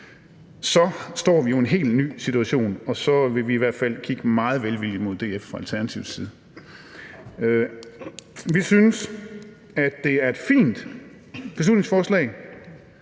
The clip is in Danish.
står vi jo i en helt ny situation, og så vil vi i hvert fald kigge meget velvilligt mod DF fra Alternativets side. Vi synes, det er et fint beslutningsforslag,